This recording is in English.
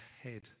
head